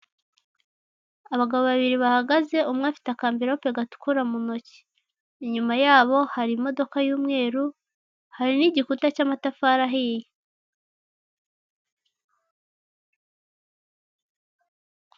Abagabo babiri bahagaze umwe afite akanvelope gatukura mu ntoki, inyuma yabo hari imodoka y'umweru, hari n'igikuta cy'amatafari ahiye.